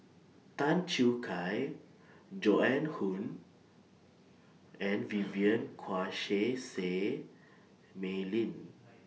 Tan Choo Kai Joan Hon and Vivien Quahe Seah Say Mei Lin